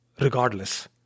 regardless